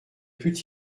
put